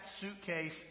suitcase